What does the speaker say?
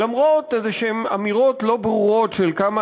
למרות אמירות לא ברורות כלשהן של כמה